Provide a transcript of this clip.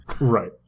Right